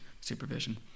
supervision